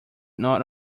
not